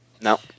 no